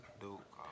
Duke